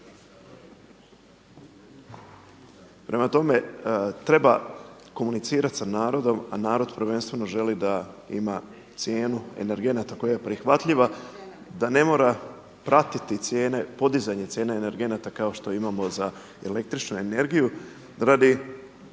Prema tome, treba komunicirati sa narodom, a narod prvenstveno želi da ima cijenu energenata koja je prihvatljiva, da ne mora pratiti cijene, podizanje cijene energenata kao što imamo za električnu energiju radi